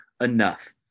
enough